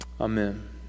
Amen